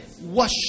Wash